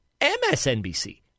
MSNBC